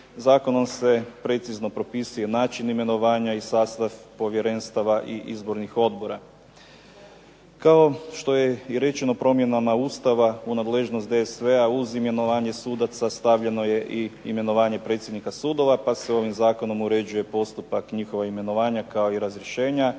Zakonom se precizno propisuje način imenovanja i sastav povjerenstava i izbornih odbora. Kao što je i rečeno promjenama Ustava u nadležnost DSV-a uz imenovanje sudaca stavljeno je imenovanje predsjednika sudova pa se ovim zakonom uređuje postupak njihova imenovanja kao i razrješenja.